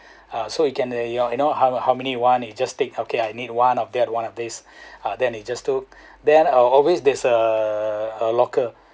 uh so you can uh ya you know how how many you want you just take okay I need one of that one of these uh then you just took then uh there always uh a locker